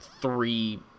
three